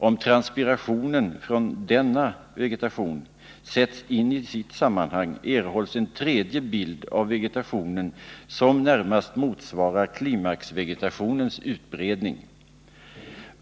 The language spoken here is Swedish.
Om transpirationen från denna vegetation sätts in i hithörande sammanhang erhålls en tredje bild av vegetationen som närmast motsvarar klimaxvegetationens utbredning.